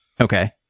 Okay